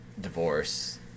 divorce